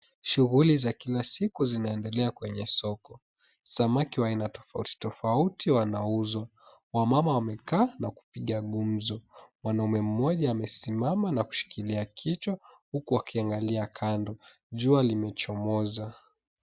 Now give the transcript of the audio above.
Shughuli za kila siku zinaendelea kwenye soko. Samaki wa aina tofauti tofauti wanauzwa. Wamama wamekaa na kupiga gumzo. Mwanaume mmoja amesimama na kushikilia kichwa huku akiangalia kando. Jua limechomoza.